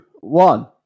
one